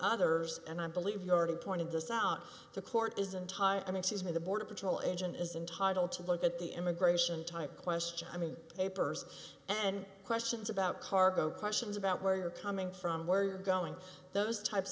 others and i believe you're already pointed this out the court isn't tied i mean she's near the border patrol agent is entitle to look at the immigration type question i mean papers and questions about cargo questions about where you're coming from where you're going those types